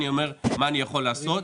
אני אומר מה אני יכול לעשות,